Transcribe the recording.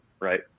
Right